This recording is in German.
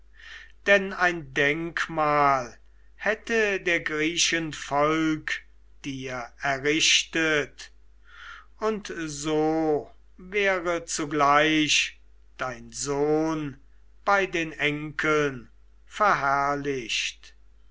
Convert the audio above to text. denn ein denkmal hätte der griechen volk dir errichtet und so wäre zugleich dein sohn bei den enkeln verherrlicht